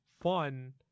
fun